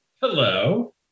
Hello